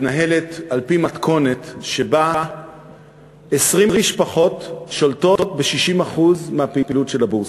מתנהלת על-פי מתכונת שבה 20 משפחות שולטות ב-60% מהפעילות של הבורסה.